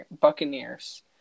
Buccaneers